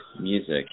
Music